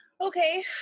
Okay